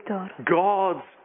God's